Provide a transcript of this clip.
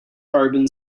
carbon